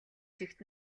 чигт